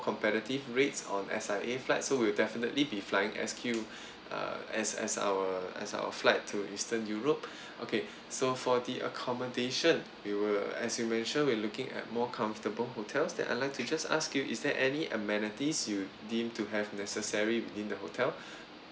competitive rates on S_I_A flights so we'll definitely be flying S_Q uh as as our as our flight to eastern europe okay so for the accommodation we will as you mentioned we're looking at more comfortable hotels that I like to just ask you is there any amenities you deemed to have necessary within the hotel